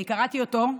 קראתי אותו,